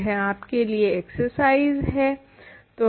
यह आपके लिए एक्सरसाइज़ है